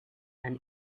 and